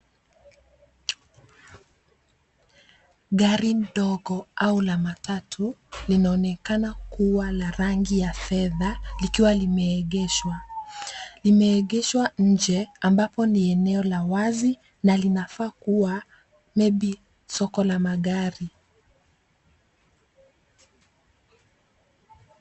Gari dogo au la matatu, linaonekana kuwa la rangi ya fedha, likiwa limeegeshwa. Limeegeshwa nje, ambapo ni eneo la wazi na linafaa kuwa maybe soko la magari.